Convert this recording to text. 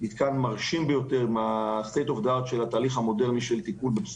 מתקן מרשים ביותר של טיפול בפסולת,